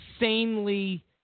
insanely